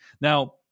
now